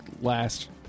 last